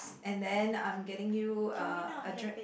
and then I'm getting you uh a